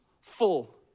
full